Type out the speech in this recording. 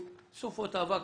נופלים.